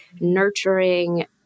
nurturing